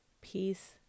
Peace